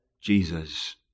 Jesus